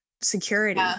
security